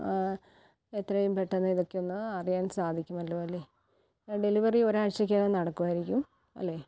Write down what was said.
എത്രെയും പെട്ടെന്ന് ഇതൊക്കെയൊന്ന് അറിയാൻ സാധിക്കുമല്ലോ അല്ലേ ഡെലിവറി ഒരാഴ്ചയ്ക്കകം നടക്കുമായിരിക്കും അല്ലേ